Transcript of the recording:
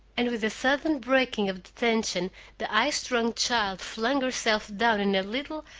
and with sudden breaking of the tension the high-strung child flung herself down in a little,